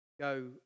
go